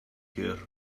care